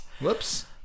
Whoops